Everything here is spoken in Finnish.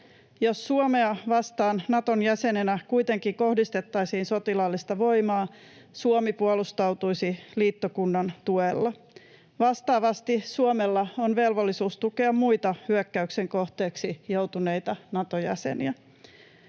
Jos Suomea vastaan Naton jäsenenä kuitenkin kohdistettaisiin sotilaallista voimaa, Suomi puolustautuisi liittokunnan tuella. Vastaavasti Suomella on velvollisuus tukea muita hyökkäyksen kohteeksi joutuneita Naton jäseniä.